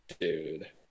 Dude